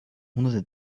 hunderte